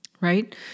right